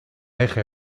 eje